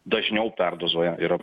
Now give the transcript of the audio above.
dažniau perdozuoja ir